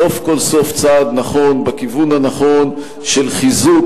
סוף כל סוף צעד נכון בכיוון הנכון של חיזוק